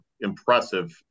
impressive